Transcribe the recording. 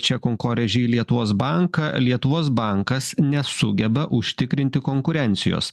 čia konkorėžiai į lietuvos banką lietuvos bankas nesugeba užtikrinti konkurencijos